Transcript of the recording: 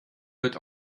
wird